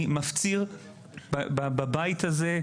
אני מפציר בבית הזה,